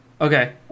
Okay